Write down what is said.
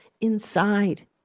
inside